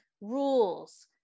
rules